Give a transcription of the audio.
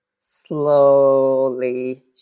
slowly